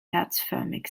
herzförmig